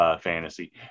Fantasy